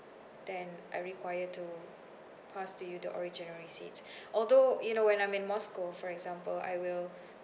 then I require to pass to you the original receipts although you know when I'm in moscow for example I will